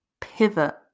Pivot